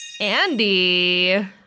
Andy